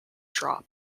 drop